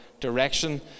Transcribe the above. direction